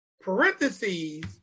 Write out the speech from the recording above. Parentheses